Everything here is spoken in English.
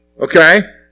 Okay